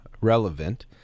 relevant